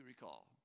recall